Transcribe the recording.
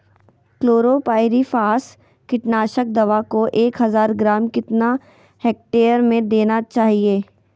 Chlorpyrifos कीटनाशक दवा को एक हज़ार ग्राम कितना हेक्टेयर में देना चाहिए?